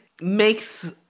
makes